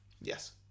yes